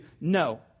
No